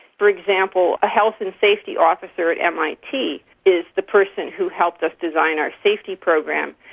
for example a health and safety officer at mit is the person who helped us design our safety program.